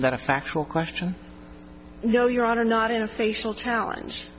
that a factual question you know your honor not in a facial challenge